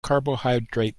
carbohydrate